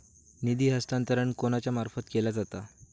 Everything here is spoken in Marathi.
निधी हस्तांतरण कोणाच्या मार्फत केला जाता?